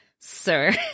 Sir